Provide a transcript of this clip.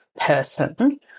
person